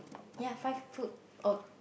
ya five put oh